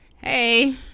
hey